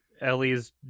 Ellie's